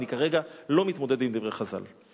אני כרגע לא מתמודד עם דברי חז"ל.